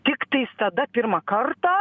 tiktais tada pirmą kartą